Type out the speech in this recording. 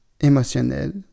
émotionnel